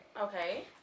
Okay